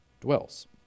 dwells